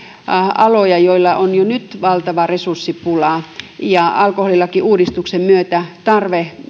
aloja joilla on jo nyt valtava resurssipula ja alkoholilakiuudistuksen myötä tarve